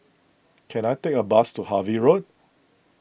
can I take a bus to Harvey Road